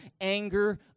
Anger